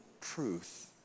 truth